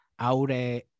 aure